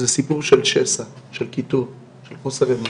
זה סיפור של שסע, של קיטוב, של חוסר אמון,